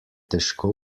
težko